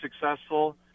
successful